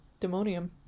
demonium